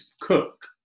cook